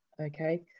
okay